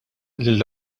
lill